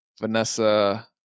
Vanessa